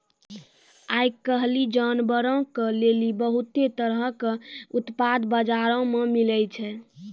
आइ काल्हि जानवरो के लेली बहुते तरहो के उत्पाद बजारो मे मिलै छै